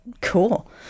Cool